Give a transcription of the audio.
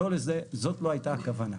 שזאת לא הייתה הכוונה.